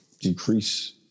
decrease